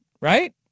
right